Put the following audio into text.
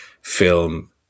film